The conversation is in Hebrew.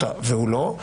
והוא לא,